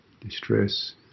distress